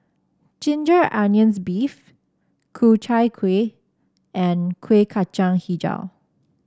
Ginger Onions beef Ku Chai Kuih and Kueh Kacang hijau